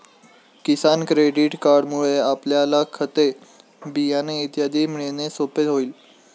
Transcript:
किसान credit कार्डमुळे आपल्याला खते, बियाणे इत्यादी मिळणे सोपे होईल